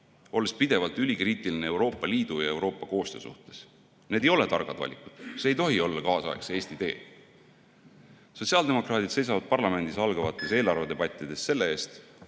olles pidevalt ülikriitiline Euroopa Liidu ja Euroopa koostöö suhtes. Need ei ole targad valikud, see ei tohi olla kaasaegse Eesti tee. Sotsiaaldemokraadid seisavad parlamendis algavates eelarvedebattides selle eest,